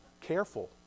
Careful